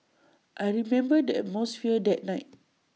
I remember the atmosphere that night